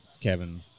Kevin